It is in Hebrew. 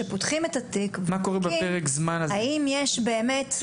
שפותחים את התיק ובודקים האם יש באמת --- מה קורה בפרק הזמן הזה?